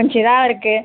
கொஞ்சம் இதாக இருக்குது